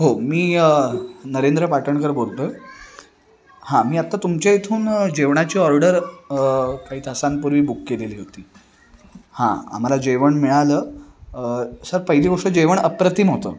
हो मी नरेंद्र पाटणकर बोलतो आहे हां मी आत्ता तुमच्या इथून जेवणाची ऑर्डर काही तासांपूर्वी बुक केलेली होती हां आम्हाला जेवण मिळालं सर पहिली गोष्ट जेवण अप्रतिम होतं